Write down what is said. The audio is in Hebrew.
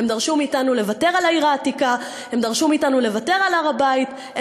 הם דרשו מאתנו לוותר על העיר העתיקה,